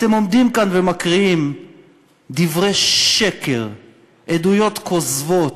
אתם עומדים כאן ומקריאים דברי שקר, עדויות כוזבות,